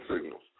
signals